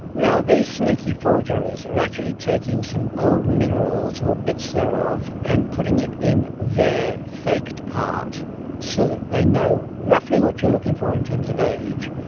now, these sneaky forgerers are actually taking some old minerals or bits thereof and putting it in their faked part so that they know roughly what you're looking for in terms of age,